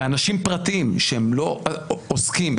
באנשים פרטיים שהם לא עוסקים,